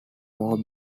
more